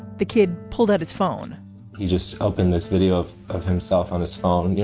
the kid pulled out his phone he just opened this video of of himself on his phone. you